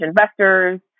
investors